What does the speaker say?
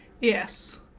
Yes